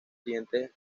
siguientes